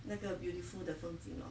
那个 beautiful 的风景 lor